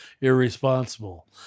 irresponsible